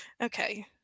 Okay